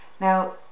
Now